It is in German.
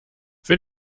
für